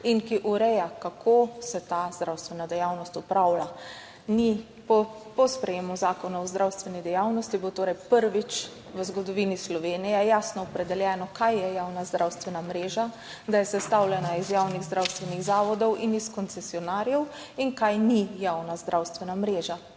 in ki ureja, kako se ta zdravstvena dejavnost upravlja. Po sprejetju zakona o zdravstveni dejavnosti bo torej prvič v zgodovini Slovenije jasno opredeljeno, kaj je javna zdravstvena mreža, da je sestavljena iz javnih zdravstvenih zavodov in iz koncesionarjev, in kaj ni javna zdravstvena mreža.